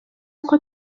uko